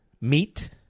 meat